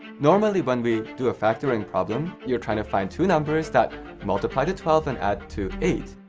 normally when we do a factoring problem, you're trying to find two numbers that multiply to twelve and add to eight.